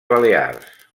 balears